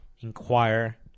inquire